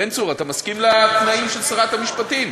בן צור, אתה מסכים לתנאים של שרת המשפטים?